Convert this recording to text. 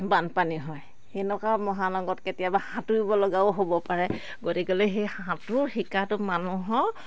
বানপানী হয় সেনেকুৱা মহানগৰত কেতিয়াবা সাঁতুৰিব লগাও হ'ব পাৰে গতিকলে সেই সাঁতোৰ শিকাটো মানুহৰ